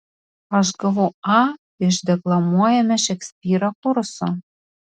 aš gavau a iš deklamuojame šekspyrą kurso